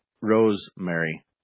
Rosemary